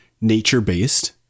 nature-based